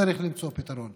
צריך למצוא פתרון.